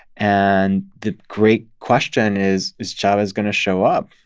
and the great question is, is chavez going to show up?